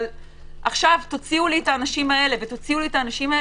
עכשיו תוציאו לי את האנשים האלה ואת אלה.